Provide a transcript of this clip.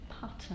pattern